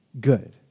good